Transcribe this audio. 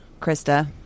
Krista